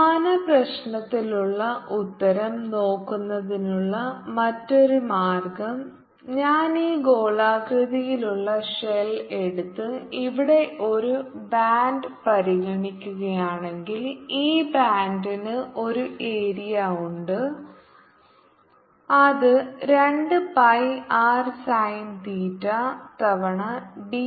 സമാന പ്രശ്നത്തിനുള്ള ഉത്തരം നോക്കുന്നതിനുള്ള മറ്റൊരു മാർഗം ഞാൻ ഈ ഗോളാകൃതിയിലുള്ള ഷെൽ എടുത്ത് ഇവിടെ ഒരു ബാൻഡ് പരിഗണിക്കുകയാണെങ്കിൽ ഈ ബാൻഡിന് ഒരു ഏരിയയുണ്ട് അത് രണ്ട് പൈ ആർ സൈൻ തീറ്റ തവണ R ഡി തീറ്റയാണ്